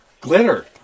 glitter